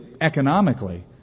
economically